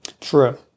True